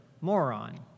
moron